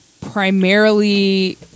primarily